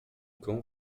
cão